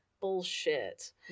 Bullshit